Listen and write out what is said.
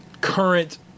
current